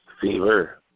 fever